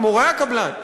עם מורי הקבלן,